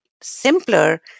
simpler